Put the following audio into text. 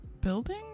building